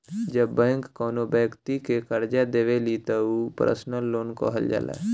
जब बैंक कौनो बैक्ति के करजा देवेली त उ पर्सनल लोन कहल जाला